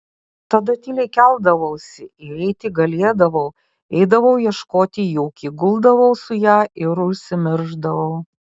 tada tyliai keldavausi ir jei tik galėdavau eidavau ieškoti juki guldavau su ja ir užsimiršdavau